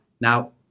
Now